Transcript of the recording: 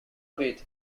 bit